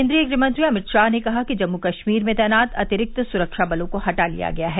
केन्द्रीय गृहमंत्री अमित शाह ने कहा कि जम्मू कश्मीर में तैनात अतिरिक्त सुरक्षाबलों को हटा लिया गया है